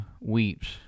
weeps